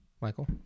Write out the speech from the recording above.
Michael